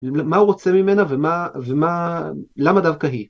מה הוא רוצה ממנה, ולמה דווקא היא?